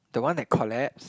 the one that collapsed